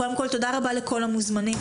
קודם כל תודה רבה לכל המוזמנים,